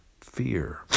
fear